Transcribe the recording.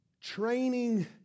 training